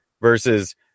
versus